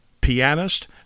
pianist